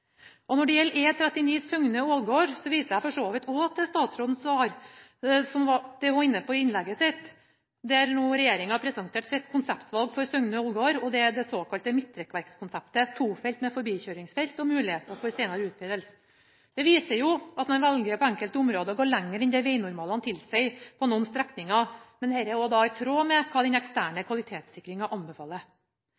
Når det gjelder E39 Søgne–Ålgård, viser jeg for så vidt også til statsrådens svar, som hun var inne på i innlegget sitt, der regjeringa presenterte sitt konseptvalg for Søgne–Ålgård. Det er det såkalte midtrekkverkskonseptet: tofelt med forbikjøringsfelt og muligheten for senere utvidelse. Det viser jo at man på enkelte områder velger å gå lenger enn det vegnormalene tilsier på noen strekninger, og det er i tråd med det den eksterne